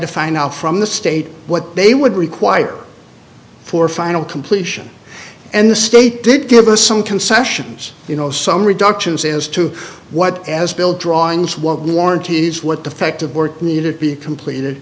to find out from the state what they would require for final completion and the state did give us some concessions you know some reductions as to what as bill drawings won't warranty is what defective work needed be completed